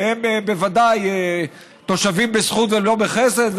שהם בוודאי תושבים בזכות ולא בחסד,